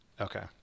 Okay